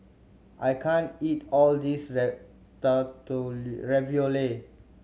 I can't eat all this Ratatouille